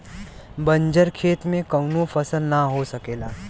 बंजर खेत में कउनो फसल ना हो सकेला